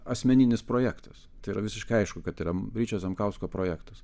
asmeninis projektas tai yra visiškai aišku kad tai yra ryčio zemkausko projektas